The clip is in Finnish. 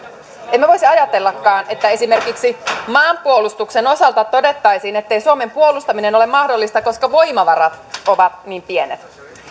emme voisi ajatellakaan että esimerkiksi maanpuolustuksen osalta todettaisiin ettei suomen puolustaminen ole mahdollista koska voimavarat ovat niin pienet